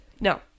No